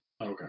Okay